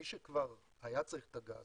מי שכבר היה צריך את הגז,